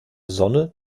sonne